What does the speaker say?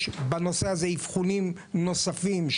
יש בנושא הזה אבחונים נוספים,